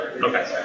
Okay